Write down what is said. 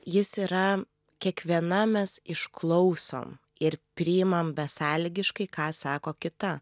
jis yra kiekviena mes išklausom ir priimam besąlygiškai ką sako kita